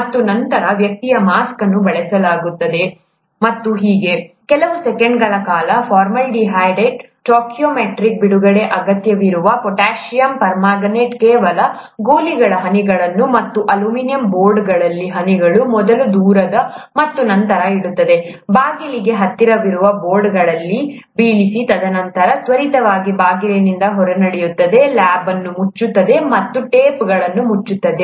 ಮತ್ತು ನಂತರ ವ್ಯಕ್ತಿಯು ಮಾಸ್ಕ್ ಅನ್ನು ಬಳಸುತ್ತಾನೆ ಮತ್ತು ಹೀಗೆ ಕೆಲವೇ ಸೆಕೆಂಡುಗಳ ಕಾಲ ಫಾರ್ಮಾಲ್ಡಿಹೈಡ್ನ ಸ್ಟೊಚಿಯೊಮೆಟ್ರಿಕ್ ಬಿಡುಗಡೆಗೆ ಅಗತ್ಯವಿರುವ ಪೊಟ್ಯಾಸಿಯಮ್ ಪರ್ಮಾಂಗನೇಟ್ನ ಕೆಲವು ಗೋಲಿಗಳನ್ನು ಹನಿಗಳು ಮತ್ತು ಅಲ್ಯೂಮಿನಿಯಂ ಬೋರ್ಡ್ಗಳಲ್ಲಿ ಹನಿಗಳು ಮೊದಲು ದೂರದ ಮತ್ತು ನಂತರ ಇಡುತ್ತದೆ ಬಾಗಿಲಿಗೆ ಹತ್ತಿರವಿರುವ ಬೋರ್ಡ್ಗಳಲ್ಲಿ ಬೀಳಿಸಿ ತದನಂತರ ತ್ವರಿತವಾಗಿ ಬಾಗಿಲಿನಿಂದ ಹೊರನಡೆಯುತ್ತದೆ ಲ್ಯಾಬ್ ಅನ್ನು ಮುಚ್ಚುತ್ತದೆ ಮತ್ತು ಟೇಪ್ಗಳನ್ನು ಮುಚ್ಚುತ್ತದೆ